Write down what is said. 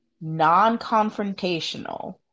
non-confrontational